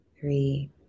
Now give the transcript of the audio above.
three